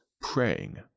praying